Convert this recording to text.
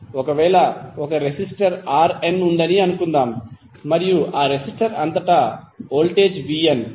ఒకవేళ ఒక resistor Rn ఉందని అనుకుందాం మరియు ఆ రెసిస్టర్ అంతటా వోల్టేజ్ vn